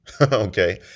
okay